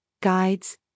guides